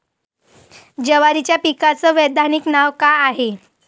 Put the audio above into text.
जवारीच्या पिकाचं वैधानिक नाव का हाये?